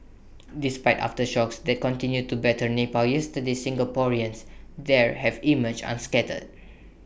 despite aftershocks that continued to batter Nepal yesterday Singaporeans there have emerged unscathed